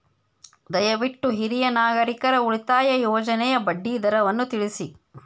ದಯವಿಟ್ಟು ಹಿರಿಯ ನಾಗರಿಕರ ಉಳಿತಾಯ ಯೋಜನೆಯ ಬಡ್ಡಿ ದರವನ್ನು ತಿಳಿಸಿ